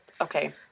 Okay